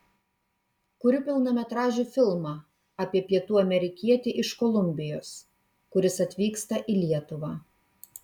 kuriu pilnametražį filmą apie pietų amerikietį iš kolumbijos kuris atvyksta į lietuvą